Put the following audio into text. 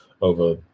over